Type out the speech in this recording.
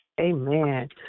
amen